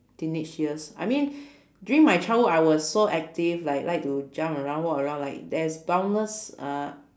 teenage years I mean during my childhood I was so active like like to jump around walk around like there's boundless uh